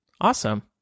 awesome